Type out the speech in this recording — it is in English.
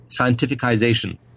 scientificization